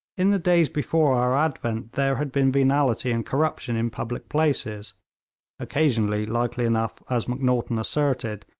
in the days before our advent there had been venality and corruption in public places occasionally, likely enough, as macnaghten asserted,